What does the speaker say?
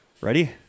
Ready